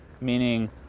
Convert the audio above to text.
meaning